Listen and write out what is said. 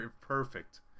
perfect